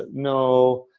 no,